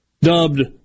Dubbed